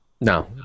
No